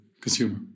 consumer